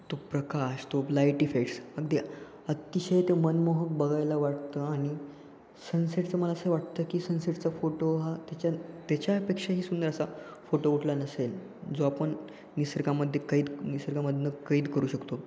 तो प्रकाश तो लाईट इफेक्ट्स अगदी अतिशय ते मनमोहक बघायला वाटतं आणि सनसेटचं मला असं वाटतं की सनसेटचा फोटो हा त्याच्या त्याच्यापेक्षाही सुंदर असा फोटो उठला नसेल जो आपण निसर्गामध्ये कैद निसर्गामधून कैद करू शकतो